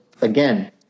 again